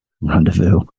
Rendezvous